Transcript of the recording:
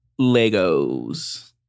Legos